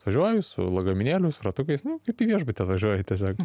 atvažiuoju su lagaminėliu su ratukais nu kaip į viešbutį važiuoju tiesiog